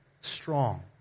strong